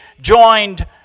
joined